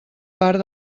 part